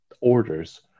orders